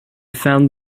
found